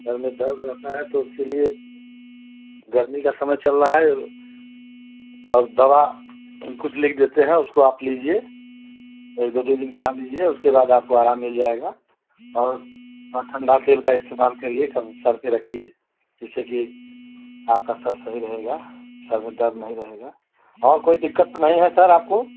sir में दर्द रहता है तो उसके लिए गर्मी का समय चल रहा है और दवा कुछ लिख देते हैं उसको आप लीजिए एक दो दिन खा लीजिए उसके बाद आपको आराम मिल जाएगा और और ठंडे तेल का इस्तेमाल करिए कब सिर पर रखिए जिससे कि आपका सिर सही रहेगा सर में दर्द नहीं रहेगा और कोई दिक़्क़त तो नहीं है सर आपको